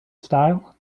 style